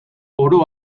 oro